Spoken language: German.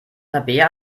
tabea